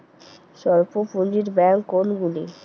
স্বল্প পুজিঁর ব্যাঙ্ক কোনগুলি?